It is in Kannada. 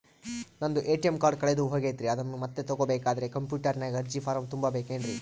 ನಂದು ಎ.ಟಿ.ಎಂ ಕಾರ್ಡ್ ಕಳೆದು ಹೋಗೈತ್ರಿ ಅದನ್ನು ಮತ್ತೆ ತಗೋಬೇಕಾದರೆ ಕಂಪ್ಯೂಟರ್ ನಾಗ ಅರ್ಜಿ ಫಾರಂ ತುಂಬಬೇಕನ್ರಿ?